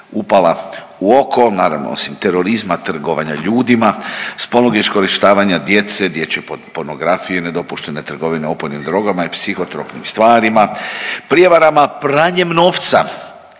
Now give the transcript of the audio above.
upala u oko, naravno osim terorizma, trgovanja ljudima, spolnog iskorištavanja djece, dječje pornografije, nedopuštene trgovine opojnim drogama i psihotropnim stvarima, prijevarama, pranjem novca,